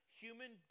human